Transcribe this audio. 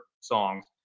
songs